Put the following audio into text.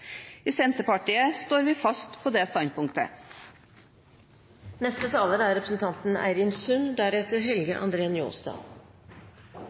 I Senterpartiet står vi fast på det standpunktet.